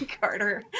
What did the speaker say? Carter